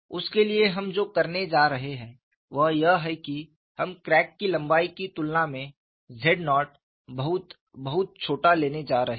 उसके लिए हम जो करने जा रहे हैं वह यह है कि हम क्रैक की लंबाई की तुलना में z0 बहुत बहुत छोटा लेने जा रहे हैं